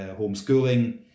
homeschooling